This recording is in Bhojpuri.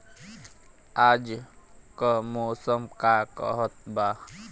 आज क मौसम का कहत बा?